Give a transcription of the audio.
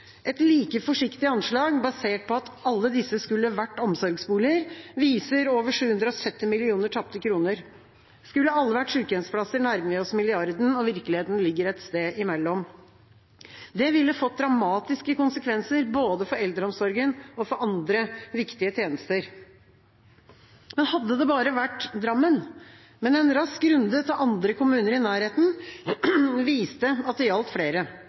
Et like forsiktig anslag, basert på at alle disse skulle vært omsorgsboliger, viser over 770 millioner tapte kroner. Skulle alle vært sykehjemsplasser, nærmer vi oss milliarden. Virkeligheten ligger et sted imellom. Det ville fått dramatiske konsekvenser både for eldreomsorgen og for andre viktige tjenester. Hadde det bare vært Drammen, men en rask runde til andre kommuner i nærheten viste at det gjaldt flere.